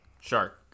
Shark